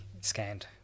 scanned